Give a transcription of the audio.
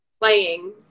playing